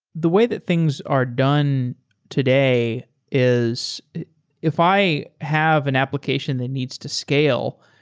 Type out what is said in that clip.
the way that things are done today is if i have an application that needs to scale,